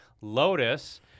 Lotus